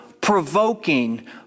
provoking